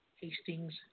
Hastings